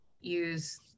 use